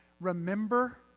remember